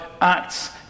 acts